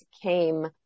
came